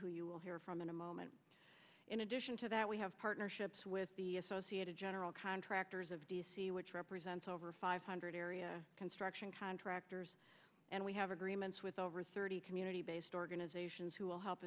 who you will hear from in a moment in addition to that we have partnerships with the associated general contractors of d c which represents over five hundred area construction contractors and we have agreements with over thirty community based organizations who will help